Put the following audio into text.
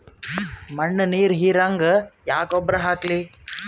ಮಣ್ಣ ನೀರ ಹೀರಂಗ ಯಾ ಗೊಬ್ಬರ ಹಾಕ್ಲಿ?